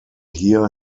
hear